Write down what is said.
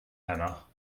heno